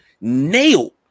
nailed